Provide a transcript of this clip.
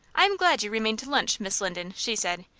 i am glad you remained to lunch, miss linden, she said.